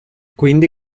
quindi